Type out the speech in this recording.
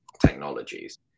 technologies